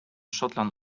schottland